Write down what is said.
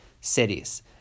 cities